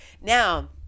Now